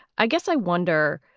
i guess i wonder.